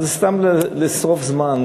אבל זה סתם לשרוף זמן.